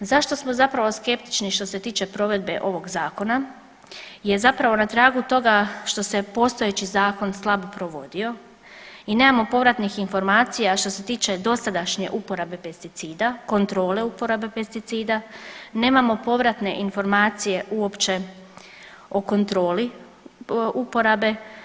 Zašto smo zapravo skeptični što se tiče provedbe ovog zakona je zapravo na tragu toga što se postojeći zakon slabo provodio i nemamo povratnih informacija što se tiče dosadašnje uporabe pesticida, kontrole uporabe pesticida, nemamo povratne informacije uopće o kontroli uporabe.